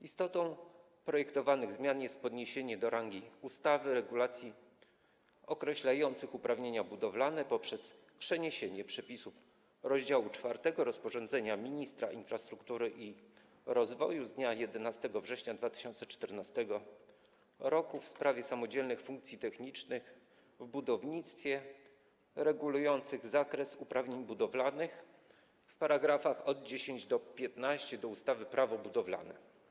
Istotą projektowanych zmian jest podniesienie do rangi ustawy regulacji określających uprawnienia budowlane poprzez przeniesienie przepisów rozdziału 4 rozporządzenia ministra infrastruktury i rozwoju z dnia 11 września 2014 r. w sprawie samodzielnych funkcji technicznych w budownictwie, regulujących zakres uprawnień budowlanych w § 10–15, do ustawy Prawo budowlane.